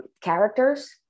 characters